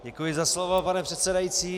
Děkuji za slovo, pane předsedající.